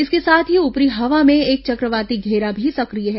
इसके साथ ही ऊपरी हवा में एक चक्रवाती घेरा भी सक्रिय है